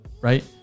Right